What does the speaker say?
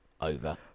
Over